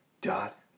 Dot